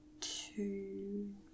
two